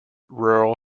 rural